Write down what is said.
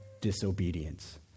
disobedience